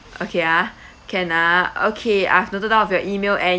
okay ah can ah okay I've noted down of your email and